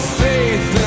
faith